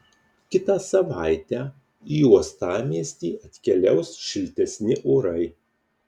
kitą savaitę į uostamiestį atkeliaus šiltesni orai